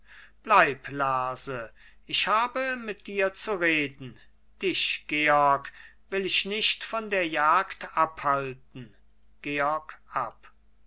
bleib lerse ich habe mit dir zu reden dich georg will ich nicht von der jagd abhalten